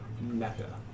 mecca